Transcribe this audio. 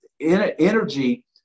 energy